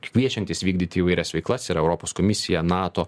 kviečiantys vykdyti įvairias veiklas ir europos komisija nato